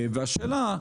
והשאלה,